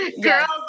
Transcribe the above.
Girls